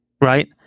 right